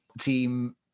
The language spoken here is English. team